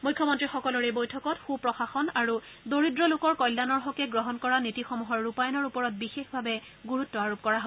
মুখ্যমন্ত্ৰীসকলৰ এই বৈঠকত সুপ্ৰশাসন আৰু দৰিদ্ৰৰ কল্যাণৰ হকে গ্ৰহণ কৰা নীতিসমূহৰ ৰূপায়নৰ ওপৰত বিশেষভাবে গুৰুত্ব আৰোপ কৰা হয়